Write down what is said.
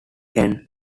end